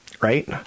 right